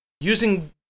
using